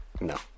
No